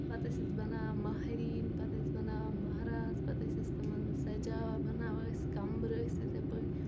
پتہٕ ٲسۍ أسۍ بناوان مہرِنۍ پتہٕ ٲسۍ بناوان مہرازٕ پتہٕ ٲسۍ أسۍ تِمن سجاوان بناوان ٲسۍ کمبرٕ ٲسۍ یِتھے پٲٹھۍ